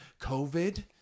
COVID